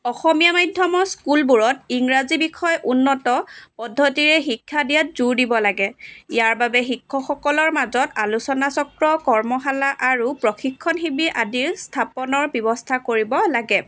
অসমীয়া মাধ্যমৰ স্কুলবোৰত ইংৰাজী বিষয় উন্নত পদ্ধতিৰে শিক্ষা দিয়াত জোৰ দিব লাগে ইয়াৰ বাবে শিক্ষকসকলৰ মাজত আলোচনা চক্ৰ কৰ্মশালা আৰু প্ৰশিক্ষণ শিবিৰ আদিৰ স্থাপনৰ ব্যৱস্থা কৰিব লাগে